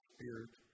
Spirit